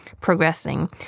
progressing